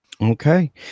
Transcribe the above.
Okay